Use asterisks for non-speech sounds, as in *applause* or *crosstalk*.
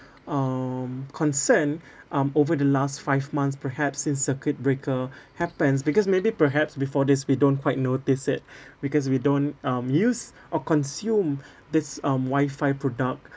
um concern *breath* um over the last five months perhaps since circuit breaker *breath* happens because maybe perhaps before this we don't quite notice it *breath* because we don't um use *breath* or consume *breath* this um wifi product